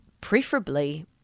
Preferably